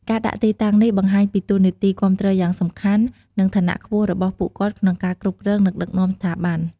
ការដាក់ទីតាំងនេះបង្ហាញពីតួនាទីគាំទ្រយ៉ាងសំខាន់ និងឋានៈខ្ពស់របស់ពួកគាត់ក្នុងការគ្រប់គ្រង និងដឹកនាំស្ថាប័ន។